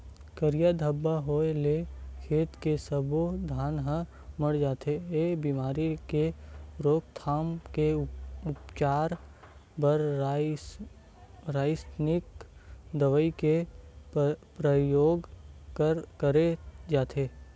करिया धब्बा होय ले खेत के सब्बो धान ह मर जथे, ए बेमारी के रोकथाम के उपचार बर रसाइनिक दवई के परियोग करे जाथे